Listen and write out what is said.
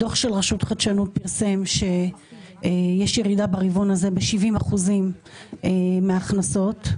דוח של רשות חדשנות פרסם שיש ירידה ברבעון הזה ב-70% בהשקעות בהייטק,